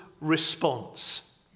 response